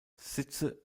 sitze